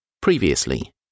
Previously